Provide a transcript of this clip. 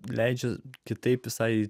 leidžia kitaip visai